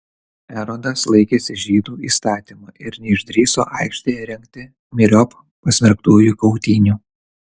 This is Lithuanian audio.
erodas laikėsi žydų įstatymo ir neišdrįso aikštėje rengti myriop pasmerktųjų kautynių